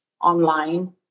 online